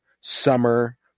Summer